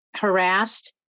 harassed